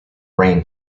rain